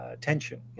tension